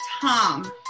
Tom